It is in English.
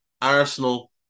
Arsenal